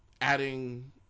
adding